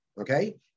okay